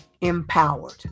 Empowered